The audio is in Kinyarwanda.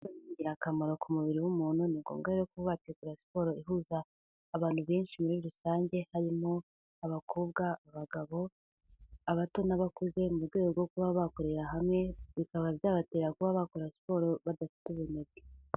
Siporo ni ingirakamaro ku mubiri w'umuntu. Ni ngombwa rero kuba bategura siporo ihuza abantu benshi muri rusange harimo abakobwa, abagabo, abato n'abakuze, mu rwego rwo kuba bakorera hamwe bikaba byabatera kuba bakora siporo badafite ubunebwe.